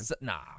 Nah